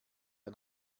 ein